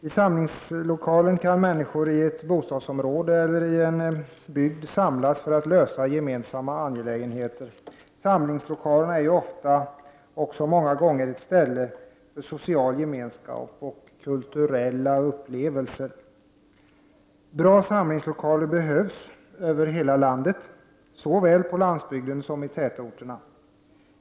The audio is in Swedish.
I samlingslokaler kan människor i ett bostadsområde eller en bygd samlas för att lösa gemensamma angelägenheter. Samlingslokalen är ofta också många gånger ett ställe för social gemenskap och kulturella upplevelser. Bra samlingslokaler behövs över hela landet, såväl på landsbygden som i tätorterna.